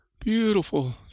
beautiful